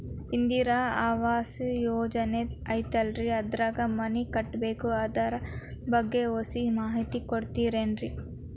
ಇಂದಿರಾ ಆವಾಸ ಯೋಜನೆ ಐತೇಲ್ರಿ ಅದ್ರಾಗ ಮನಿ ಕಟ್ಬೇಕು ಅದರ ಬಗ್ಗೆ ಒಸಿ ಮಾಹಿತಿ ಕೊಡ್ತೇರೆನ್ರಿ?